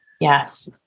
Yes